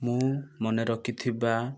ମୁଁ ମନେ ରଖିଥିବା